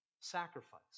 sacrifice